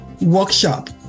workshop